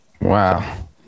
Wow